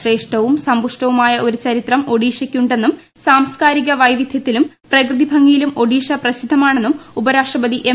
ശ്രേഷ്ഠ്യും സമ്പുഷ്ടവുമായ ഒരു ചരിത്രം ഒഡീഷയ്ക്കുണ്ടെന്നും സ്ഥാർസ്കാരിക വൈവിധ്യത്തിലും പ്രകൃതി ഭംഗിയിലും ഒഡീഷ് പ്രപ്സിദ്ധമാണെന്ന് ഉപരാഷ്ട്രപതി എം